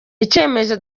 icyerekezo